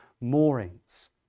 moorings